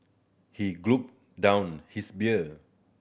he gulped down his beer